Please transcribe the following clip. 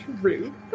True